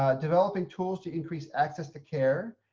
ah developing tools to increase access to care,